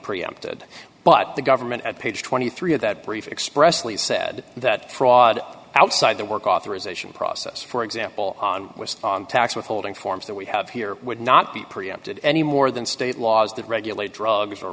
preempted but the government at page twenty three dollars of that brief expressively said that fraud outside the work authorization process for example was tax withholding forms that we have here would not be preempted any more than state laws that regulate drugs or